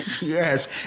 Yes